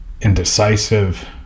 indecisive